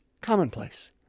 commonplace